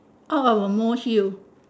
out of a molehill